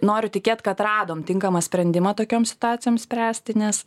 noriu tikėt kad radom tinkamą sprendimą tokioms situacijoms spręsti nes